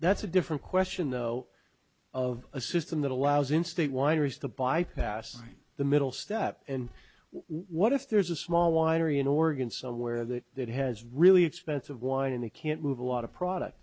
that's a different question though of a system that allows in state wineries to bypass the middle step and what if there's a small winery in oregon somewhere that that has really expensive wine and they can't move a lot of product